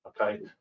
okay